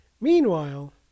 Meanwhile